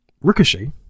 ricochet